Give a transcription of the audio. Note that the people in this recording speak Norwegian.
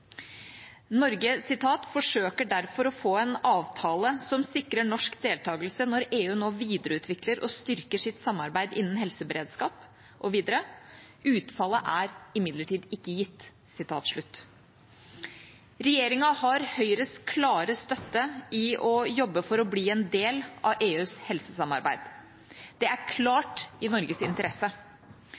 forsøker «derfor å få en avtale som sikrer norsk deltakelse når EU nå videreutvikler og styrker sitt samarbeid innen helseberedskap.» Og videre: «Utfallet er imidlertid ikke gitt.» Regjeringa har Høyres klare støtte i å jobbe for å bli en del av EUs helsesamarbeid. Det er klart i Norges interesse.